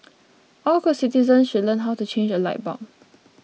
all good citizens should learn how to change a light bulb